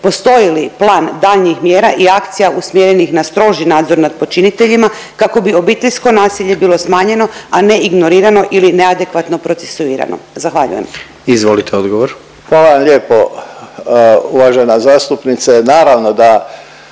Postoji li plan daljnjih mjera i akcija usmjerenih na stroži nadzor nad počiniteljima kako bi obiteljsko nasilje bilo smanjeno, a ne ignorirano ili neadekvatno procesuirano. Zahvaljujem. **Jandroković, Gordan